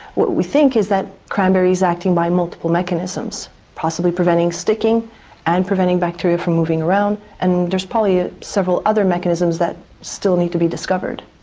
what we think is that cranberry is acting by multiple mechanisms, possibly preventing sticking and preventing bacteria from moving around, and there are probably ah several other mechanisms that still need to be discovered.